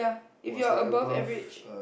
if you're above average